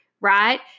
right